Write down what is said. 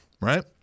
right